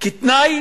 כתנאי